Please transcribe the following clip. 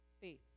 faith